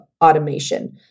automation